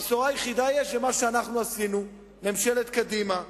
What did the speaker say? הבשורה היחידה היא מה שאנחנו עשינו, ממשלת קדימה.